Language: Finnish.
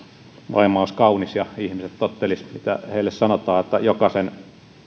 maailma olisi kaunis ja ihmiset tottelisivat mitä heille sanotaan että jokaisen